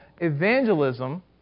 evangelism